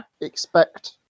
Expect